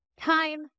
Time